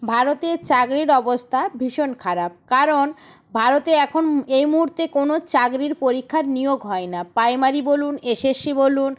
ভারতে চাকরির অবস্থা ভীষণ খারাপ কারণ ভারতে এখন এই মুহূর্তে কোনো চাকরির পরীক্ষার নিয়োগ হয় না প্রাইমারি বলুন এসএসসি বলুন